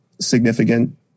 significant